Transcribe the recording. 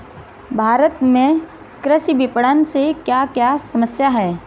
भारत में कृषि विपणन से क्या क्या समस्या हैं?